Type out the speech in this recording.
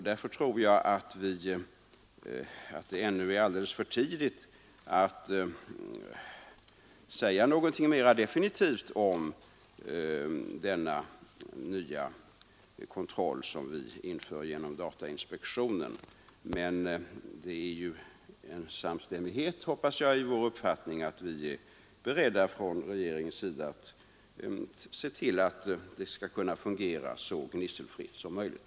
Därför tror jag att det ännu är alldeles för tidigt att säga någonting mera definitivt om denna nya kontroll som vi inför genom datainspektionen. Men det råder samstämmighet, hoppas jag, i uppfattningen att vi från regeringens sida skall se till att allt fungerar så gnisselfritt som möjligt.